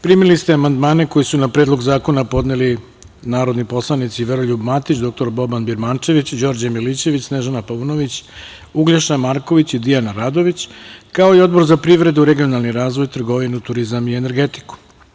Primili ste amandmane koje su na Predlog zakona podneli narodni poslanici Veroljub Matić, dr Boban Birmančević, Đorđe Milićević, Snežana Paunović, Uglješa Marković i Dijana Radović, kao i Odbor za privredu regionalni razvoj, trgovinu, turizam i energetiku.